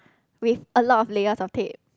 with a lot of layers of tape